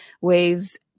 waves